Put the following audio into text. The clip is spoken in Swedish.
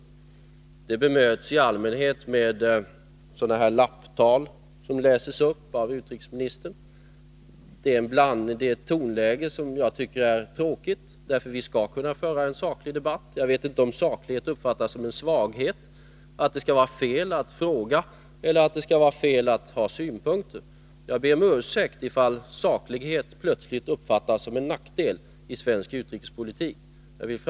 I allmänhet bemöts jag emellertid av låt mig kalla det lapptal, av samma typ som i dag, som läses upp av utrikesministern. Jag tycker att tonläget är tråkigt. Vi skall ju kunna föra en saklig debatt. Jag vet inte om saklighet uppfattas som en svaghet, att det skall vara fel att fråga eller att anlägga synpunkter. Ifall saklighet plötsligt uppfattas som en nackdel i svensk utrikespolitik, ber jag om ursäkt.